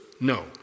No